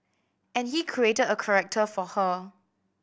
and he created a character for her